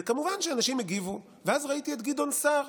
וכמובן שאנשים הגיבו, ואז ראיתי את גדעון סער.